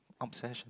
obsession